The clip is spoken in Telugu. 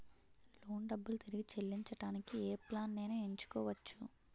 లోన్ డబ్బులు తిరిగి చెల్లించటానికి ఏ ప్లాన్ నేను ఎంచుకోవచ్చు?